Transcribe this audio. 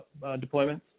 deployments